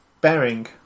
Bearing